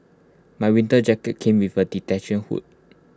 my winter jacket came with A detach hood